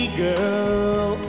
girl